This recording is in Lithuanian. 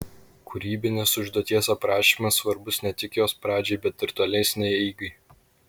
kūrybinės užduoties aprašymas svarbus ne tik jos pradžiai bet ir tolesnei eigai